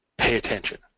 pay attention,